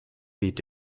weht